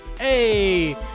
hey